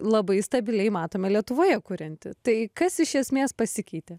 labai stabiliai matome lietuvoje kuriantį tai kas iš esmės pasikeitė